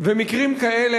ומקרים כאלה,